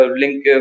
link